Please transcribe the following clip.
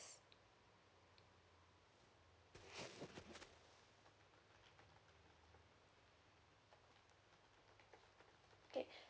okay